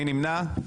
מי נמנע?